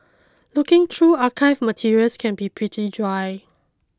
looking through archived materials can be pretty dry